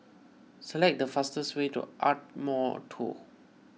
select the fastest way to Ardmore two